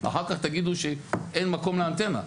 אחר כך תגידו שאין מקום לאנטנה.